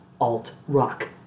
alt-rock